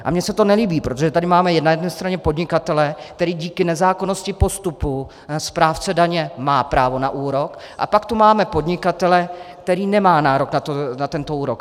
A mně se to nelíbí, protože tady máme na jedné straně podnikatele, který díky nezákonnosti postupu správce daně má právo na úrok, a pak tu máme podnikatele, který nemá nárok na tento úrok.